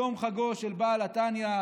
יום חגו של בעל התניא,